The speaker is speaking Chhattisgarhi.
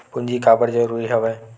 पूंजी काबर जरूरी हवय?